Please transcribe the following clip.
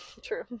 true